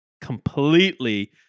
completely